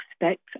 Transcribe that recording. expect